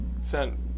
sent